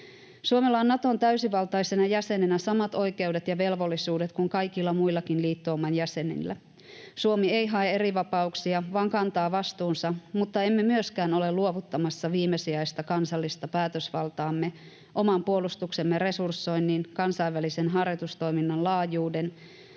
Suomella on Naton täysivaltaisena jäsenenä samat oikeudet ja velvollisuudet kuin kaikilla muillakin liittouman jäsenillä. Suomi ei hae erivapauksia vaan kantaa vastuunsa, mutta emme myöskään ole luovuttamassa viimesijaista kansallista päätösvaltaamme oman puolustuksemme resursoinnin, kansainvälisen harjoitustoiminnan laajuuden,